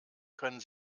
können